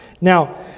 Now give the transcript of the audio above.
Now